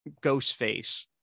Ghostface